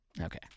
okay